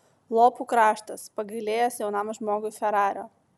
lopų kraštas pagailėjęs jaunam žmogui ferario